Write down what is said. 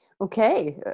Okay